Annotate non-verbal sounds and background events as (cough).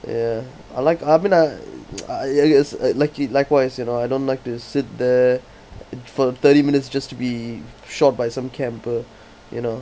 ya I like I mean I (noise) I is like it likewise you know I don't like to sit there for thirty minutes just to be shot by some camper you know